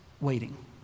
waiting